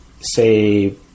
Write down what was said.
say